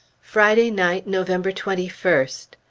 friday night, november twenty first.